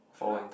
(huh)